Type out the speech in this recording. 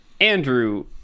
Andrew